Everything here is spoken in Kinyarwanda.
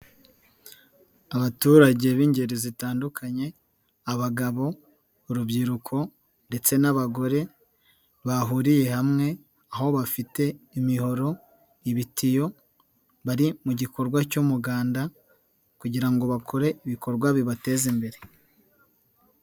Abaturage b'ingeri zitandukanye abagabo, urubyiruko ndetse n'abagore bahuriye hamwe aho bafite imihoro, ibitiyo bari mu gikorwa cy'umuganda kugira ngo bakore ibikorwa bibateze imbere.